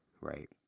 right